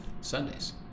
Sundays